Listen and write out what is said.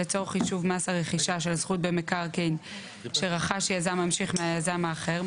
לצורך חישוב מס הרכישה של זכות במקרקעין שרכש יזם ממשיך מהיזם האחר,